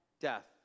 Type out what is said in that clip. death